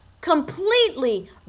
completely